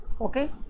okay